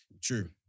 True